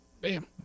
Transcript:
Bam